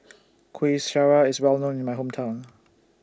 Kuih Syara IS Well known in My Hometown